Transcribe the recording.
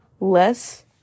Less